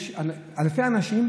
יש אלפי אנשים,